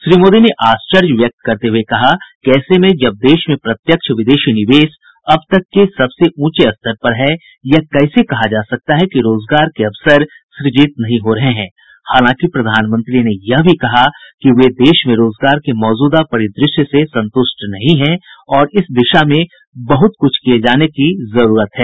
श्री मोदी ने आश्चर्य व्यक्त करते हुए कहा कि ऐसे में जब देश में प्रत्यक्ष विदेशी निवेश अब तक के सबसे उंचे स्तर पर है यह कैसे कहा जा सकता है कि रोजगार के अवसर सृजित नहीं हो रहे हैं हालांकि प्रधानमंत्री ने यह भी कहा कि वे देश में रोजगार के मौजूदा परिदृश्य से संतृष्ट नहीं हैं और इस दिशा में बहुत कुछ किये जाने की जरूरत है